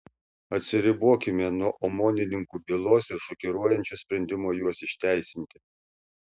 atsiribokime nuo omonininkų bylos ir šokiruojančio sprendimo juos išteisinti